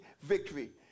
victory